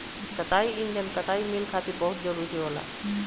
कताई इंजन कताई मिल खातिर बहुत जरूरी होला